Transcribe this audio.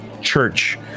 church